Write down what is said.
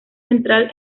central